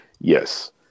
yes